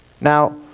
Now